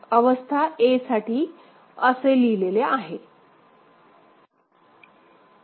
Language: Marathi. अवस्था a साठी असे लिहिलेले आहे